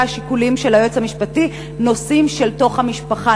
היועץ המשפטי שיקולים של נושאים בתוך המשפחה,